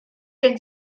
gen